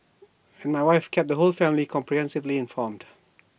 and my wife kept the whole family comprehensively informed